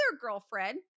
girlfriend